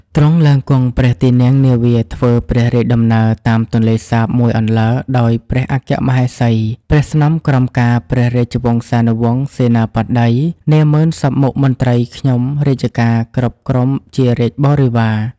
ទ្រង់ឡើងគង់ព្រះទីន័ងនាវាធ្វើព្រះរាជដំណើរតាមទន្លេសាប មួយអន្លើដោយព្រះអគ្គមហេសី ព្រះស្នំក្រមការ ព្រះរាជវង្សានុវង្ស សេនាបតី នាហ្មឺនសព្វមុខមន្ត្រីខ្ញុំរាជការគ្រប់ក្រុមជារាជបរិពារ